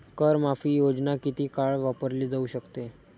कर माफी योजना किती काळ वापरली जाऊ शकते?